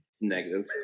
Negative